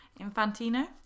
Infantino